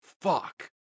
fuck